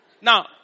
Now